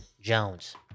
Jones